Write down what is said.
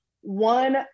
one